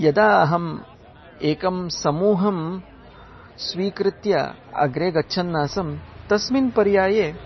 यदा अहम् एकं समूहं स्वीकृत्य अग्रे गच्छन् आसम् तस्मिन् पर्याये